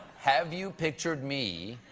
have you pictured me